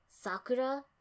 Sakura